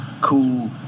cool